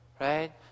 right